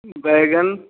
बैंगन